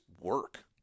work